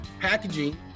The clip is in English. packaging